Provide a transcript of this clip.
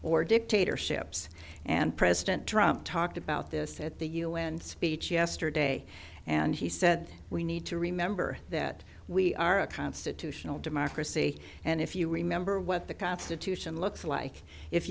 or dictatorships and president trump talked about this at the u n speech yesterday and he said we need to remember that we are a constitutional democracy and if you remember what the constitution looks like if